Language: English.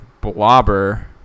blobber